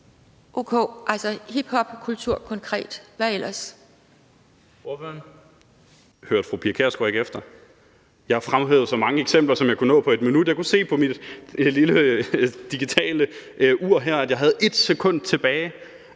(SF): Hørte fru Pia Kjærsgaard ikke efter? Jeg fremhævede så mange eksempler, som jeg kunne nå på 1 minut, og jeg kunne se på mit lille digitale ur her, at jeg havde 1 sekund tilbage.